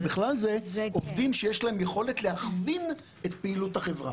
ובכלל זה עובדים שיש להם יכולת להכווין את פעילות החברה.